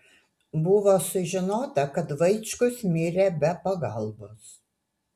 buvo sužinota kad vaičkus mirė be pagalbos